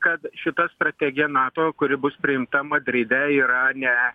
kad šita strategija nato kuri bus priimta madride yra ne